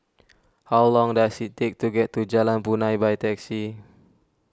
how long does it take to get to Jalan Punai by taxi